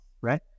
right